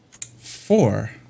Four